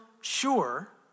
sure